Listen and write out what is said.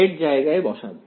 এর জায়গায় বসাবো